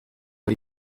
ari